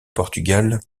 portugal